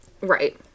Right